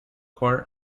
court